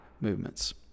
Movements